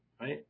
Right